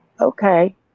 Okay